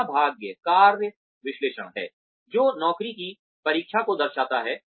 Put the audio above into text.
दूसरा भाग कार्य विश्लेषण है जो नौकरी की परीक्षा को दर्शाता है